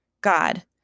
god